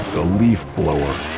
the leaf blower